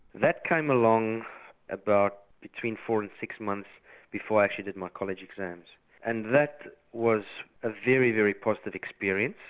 that came along about between four and six months before i actually did my college exams and that was a very, very positive experience,